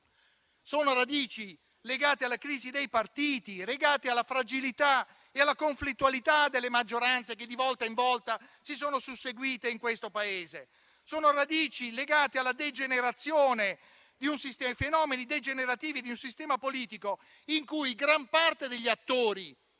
sono radici legate alla crisi dei partiti, legate alla fragilità e alla conflittualità delle maggioranze che, di volta in volta, si sono susseguite in questo Paese. Sono radici legate alla degenerazione di un sistema, a fenomeni involutivi di